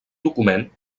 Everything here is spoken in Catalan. document